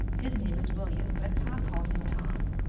his name is william but pa calls him tom.